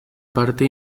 parte